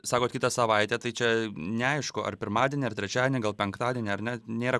sakot kitą savaitę tai čia neaišku ar pirmadienį ar trečiadienį gal penktadienį ar ne nėra